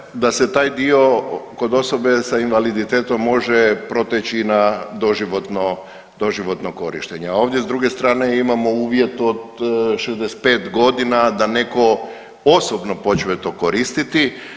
Rečeno je da se taj dio kod osobe sa invaliditetom može proteći na doživotno korištenje, a ovdje s druge strane imamo uvjet od 65 godina da netko osobno počne to koristiti.